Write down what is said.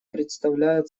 представляет